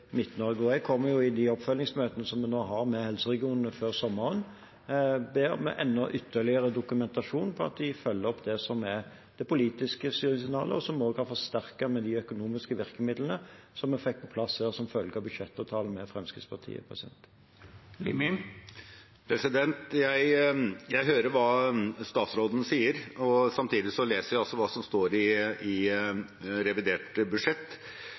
Og jeg kommer i de oppfølgingsmøtene som jeg har med helseregionene nå før sommeren, til å be om ytterligere dokumentasjon på at de følger opp det som er det politiske styringssignalet, som vi også har forsterket med de økonomiske virkemidlene som vi fikk på plass her som følge av budsjettavtalen med Fremskrittspartiet. Jeg hører hva statsråden sier. Samtidig leser jeg også hva som står i revidert budsjett.